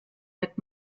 wird